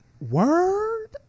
word